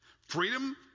freedom